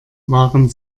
waren